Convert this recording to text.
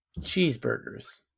cheeseburgers